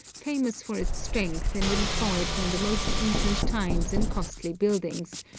famous for its strength and employed from the most ancient times in costly buildings,